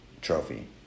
trophy